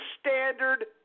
standard